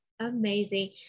Amazing